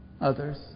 Others